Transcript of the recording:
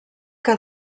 que